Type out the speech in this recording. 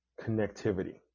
connectivity